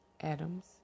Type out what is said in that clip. Adams